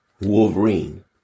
Wolverine